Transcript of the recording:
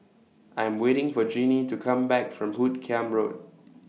I Am waiting For Jeannie to Come Back from Hoot Kiam Road